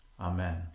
Amen